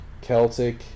Celtic